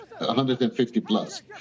150-plus